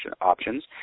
options